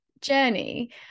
journey